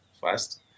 first